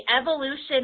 evolution